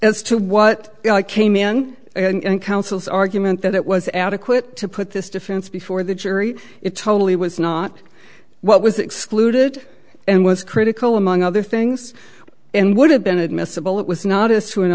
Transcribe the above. as to what came in and counsels argument that it was adequate to put this defense before the jury it totally was not what was excluded and was critical among other things and would have been admissible it was not a sou an